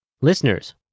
Listeners